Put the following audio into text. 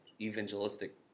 evangelistic